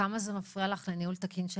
כמה זה מפריע לך לניהול תקין של